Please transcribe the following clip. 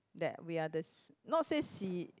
that we are the not say se~